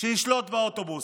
שישלוט באוטובוס.